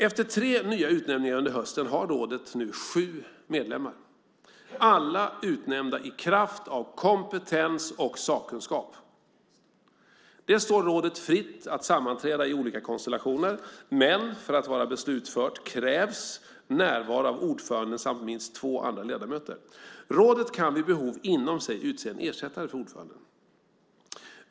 Efter tre nya utnämningar under hösten har rådet nu sju medlemmar, alla utnämnda i kraft av kompetens och sakkunskap. Det står rådet fritt att sammanträda i olika konstellationer, men för att vara beslutfört krävs närvaro av ordföranden samt minst två andra ledamöter. Rådet kan vid behov inom sig utse en ersättare för ordföranden.